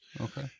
Okay